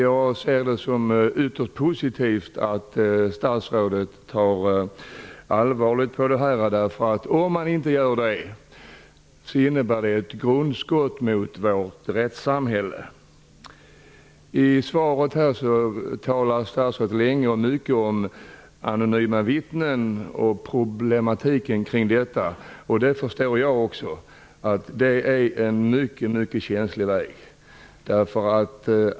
Jag ser det som ytterst positivt att statsrådet tar allvarligt på det här. Om man inte gör det innebär det ett grundskott mot vårt rättssamhälle. I svaret talar statsrådet länge och mycket om anonyma vittnen och problematiken kring dem. Jag förstår också att detta är mycket känsligt.